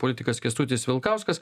politikas kęstutis vilkauskas